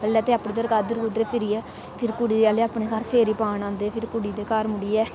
पैहले ते अपने तराहगे फिरी फिर कुड़ी आहले अपने घार फिरी पान आंदे फिर कुड़ी दे घर मुड़ियै